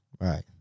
Right